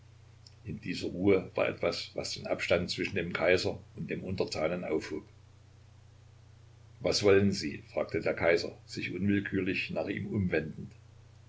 in dieser ruhe war etwas was den abstand zwischen dem kaiser und dem untertanen aufhob was wollen sie fragte der kaiser sich unwillkürlich nach ihm umwendend